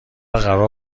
قرار